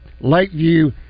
Lakeview